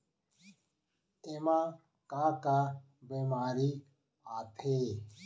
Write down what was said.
एमा का का बेमारी आथे?